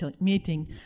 meeting